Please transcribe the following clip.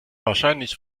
wahrscheinlich